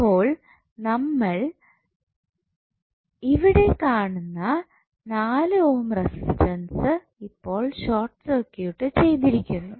അപ്പോൾ നമ്മൾ ഇവിടെ കാണുന്ന 4 ഓം റസിസ്റ്റൻസ് ഇപ്പോൾ ഷോർട്ട് സർക്യൂട്ട് ചെയ്തിരിക്കുന്നു